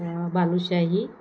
balushahi